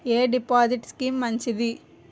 ఎ deposit scheme మంచిది?